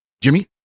Jimmy